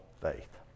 Faith